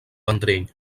vendrell